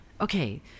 Okay